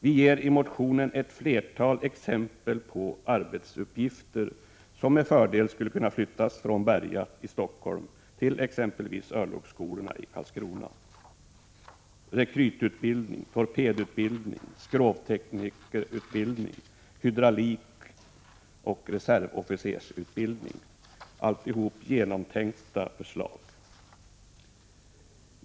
Vi ger i motionen ett flertal exempel på arbetsuppgifter som med fördel skulle kunna flyttas från Berga i Stockholm till t.ex. örlogsskolorna i Karlskrona: rekryt-, torped-, skrovtekniker-, hydraulikoch reservofficersutbildning. Alltihop är genomtänkta förslag.